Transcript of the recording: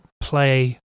play